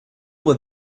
with